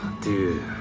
dude